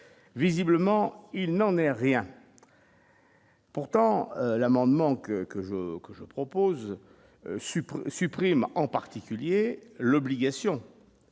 visiblement, il n'en est rien, pourtant, l'amendement que que je que je propose, supprime en particulier l'obligation